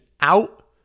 out